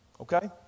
Okay